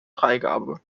freigabe